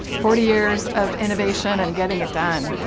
forty years of innovation and getting it done.